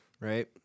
Right